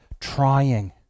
trying